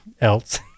else